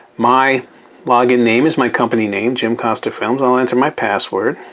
my log in name is my company name, jim costa films. i'll enter my password